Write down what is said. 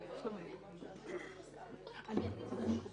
גוף